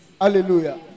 Hallelujah